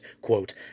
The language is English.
quote